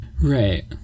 Right